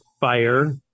fire